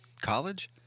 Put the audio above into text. college